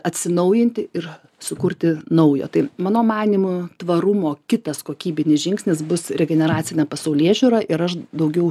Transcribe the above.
atsinaujinti ir sukurti naujo tai mano manymu tvarumo kitas kokybinis žingsnis bus regeneracinė pasaulėžiūra ir aš daugiau